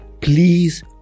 please